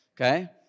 Okay